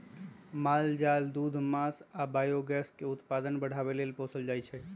माल जाल दूध मास आ बायोगैस के उत्पादन बढ़ाबे लेल पोसल जाइ छै